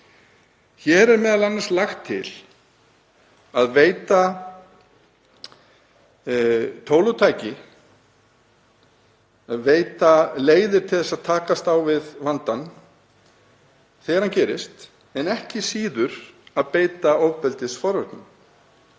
Hér er m.a. lagt til að veita tól og tæki, að veita leiðir til að takast á við vandann þegar hann gerist en ekki síður að beita ofbeldisforvörnum.